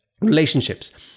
relationships